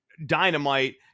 Dynamite